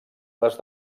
les